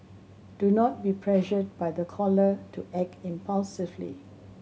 do not be pressured by the caller to act impulsively